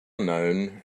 known